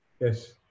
yes